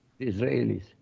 Israelis